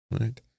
right